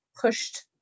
pushed